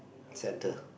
centre